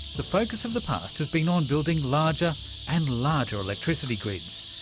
the focus of the past has been on building larger and larger electricity grids.